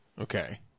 Okay